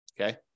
Okay